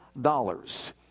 dollars